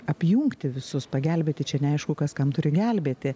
apjungti visus pagelbėti čia neaišku kas kam turi gelbėti